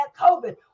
covid